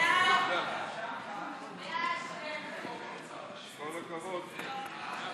סעיף 1, כהצעת הוועדה,